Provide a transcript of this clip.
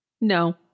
No